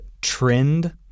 trend